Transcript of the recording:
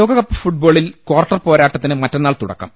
ലോകകപ്പ് ഫുട്ബോളിൽ കാർട്ടർ പോരാട്ടത്തിന് മറ്റന്നാൾ തുടക്കം